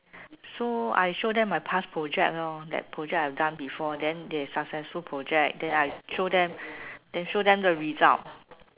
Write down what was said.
so I show then my past projects lor the projects I have done before then they successful project then I show them then show them the result